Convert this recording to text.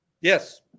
Yes